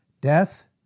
death